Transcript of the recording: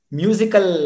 musical